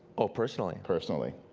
oh personally? personally.